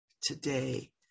today